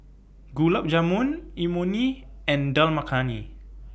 Gulab Jamun Imoni and Dal Makhani